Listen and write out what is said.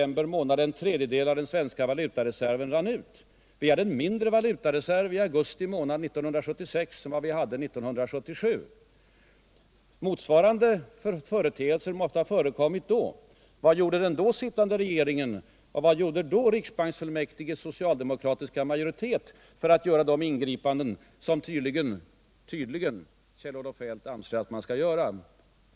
Då rann en tredjedel av den svenska valutareserven ut under augustiseptember. Vi hade en mindre valutareserv i augusti 1976 än vi hade i augusti 1977. Motsvarande företeelser måste ha förekommit vid detta tillfälle. Vad gjorde då den sittande regeringen och riksbanksfullmäktiges socialdemokratiska majoritet för att komma med de ingripanden som —- tydligen — Kjell-Olof Feldt anser att man skall göra?